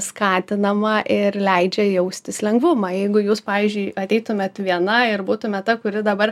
skatinama ir leidžia jaustis lengvumą jeigu jūs pavyzdžiui ateitumėt viena ir būtumėt ta kuri dabar